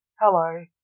Hello